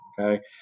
okay